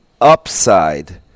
upside